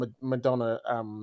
Madonna